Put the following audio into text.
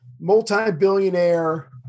multi-billionaire